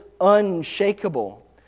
unshakable